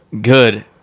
Good